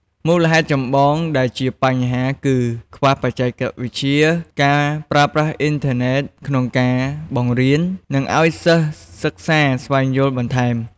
មូលហេតុចម្បងដែលជាបញ្ហាគឺ ខ្វះបច្ចេកវិទ្យា ការប្រើប្រាស់អុីនធឺណេតក្នុងការបង្រៀន និងឱ្យសិស្សសិក្សាស្វែងយល់បន្ថែម។